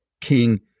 King